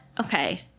okay